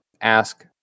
ask